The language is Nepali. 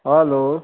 हेलो